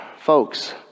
folks